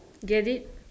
get it